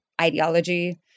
ideology